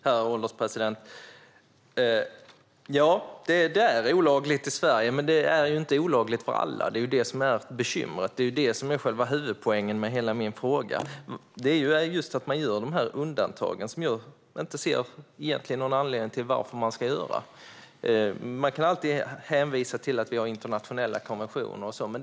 Herr ålderspresident! Ja, det är olagligt i Sverige, men det är inte olagligt för alla. Det är det som är bekymret. Det är det som är själva huvudpoängen med min fråga. Man gör dessa undantag som jag egentligen inte ser någon anledning att göra. Man kan alltid hänvisa till att vi har internationella konventioner och så vidare.